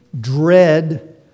dread